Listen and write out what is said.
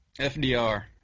FDR